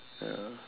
oh